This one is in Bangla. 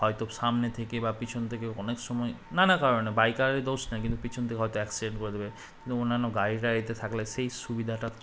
হয়তো সামনে থেকে বা পিছন থেকে অনেক সময় নানা কারণে বাইকারের দোষ নেয় কিন্তু পিছন থেকে হয়তো অ্যাক্সিডেন্ট করে দেবে কিন্তু অন্যান্য গাড়িতে থাকলে সেই সুবিধাটা